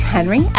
Henry